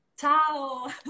ciao